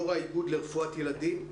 יו"ר האיגוד לרפואת ילדים,